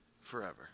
forever